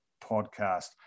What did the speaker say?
podcast